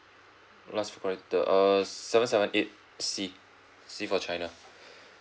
last character err seven seven eight C C for china